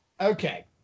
okay